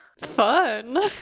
fun